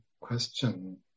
question